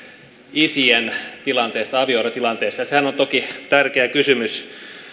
isien tilanteesta avioerotilanteessa sehän on toki tärkeä kysymys